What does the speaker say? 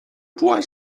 point